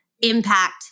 impact